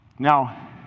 Now